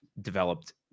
developed